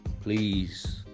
please